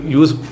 use